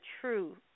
true